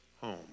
home